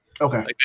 Okay